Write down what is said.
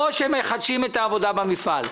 או שיחדשו את העבודה במפעל,